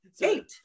Eight